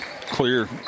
clear